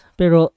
pero